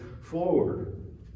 forward